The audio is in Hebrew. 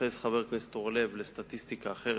התייחס חבר הכנסת אורלב לסטטיסטיקה אחרת,